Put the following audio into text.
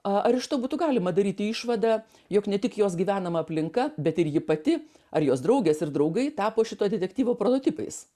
ar iš to būtų galima daryti išvadą jog ne tik jos gyvenama aplinka bet ir ji pati ar jos draugės ir draugai tapo šito detektyvo prototipais